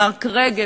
מארק רגב,